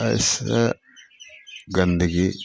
अइसँ गन्दगी